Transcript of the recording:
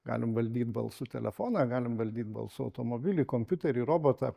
galim valdyti balsu telefoną galim valdyti balsu automobilį kompiuterį robotą